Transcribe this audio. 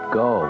go